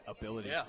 ability